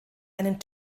einen